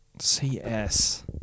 CS